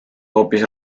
hoopis